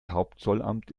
hauptzollamt